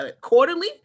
quarterly